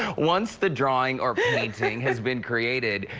once the drawing or painting has been created,